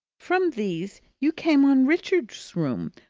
from these you came on richard's room,